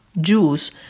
Jews